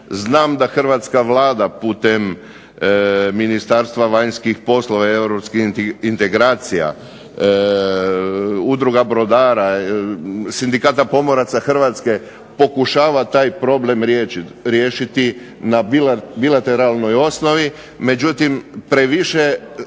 Znam da hrvatska Vlada putem Ministarstva vanjskih poslova i europskih integracija, Udruga brodara, Sindikata pomoraca Hrvatske pokušava taj problem riješiti na bilateralnoj osnovi, međutim previše